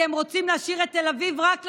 כי הם רוצים להשאיר את תל אביב רק ללבנים,